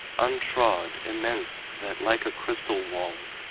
untrod, immense, that, like a crystal wall.